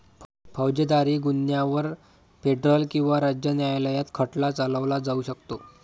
फौजदारी गुन्ह्यांवर फेडरल किंवा राज्य न्यायालयात खटला चालवला जाऊ शकतो